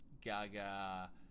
gaga